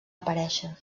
aparèixer